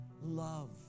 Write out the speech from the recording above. love